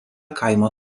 kaimo